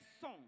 song